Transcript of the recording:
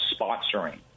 sponsoring